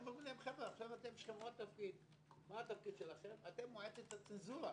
אומרים להם: מה התפקיד שלכם - אתם מועצת הצנזורה.